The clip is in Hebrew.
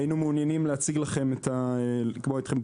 אנחנו מעוניינים לקבוע איתכם פגישה,